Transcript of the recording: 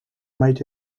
made